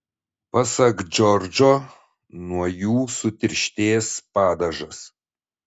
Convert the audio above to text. pasak džordžo nuo jų sutirštės padažas